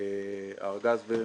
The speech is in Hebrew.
"הארגז" ו"מרכבים"